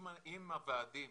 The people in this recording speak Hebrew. אם הוועדים